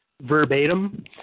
verbatim